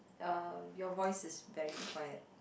uh your voice is very quiet